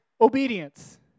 obedience